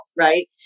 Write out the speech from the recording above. Right